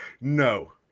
No